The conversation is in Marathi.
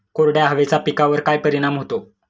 कोरड्या हवेचा पिकावर काय परिणाम होतो?